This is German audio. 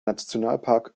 nationalpark